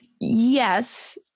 Yes